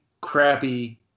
crappy